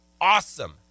awesome